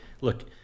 look